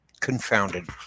confounded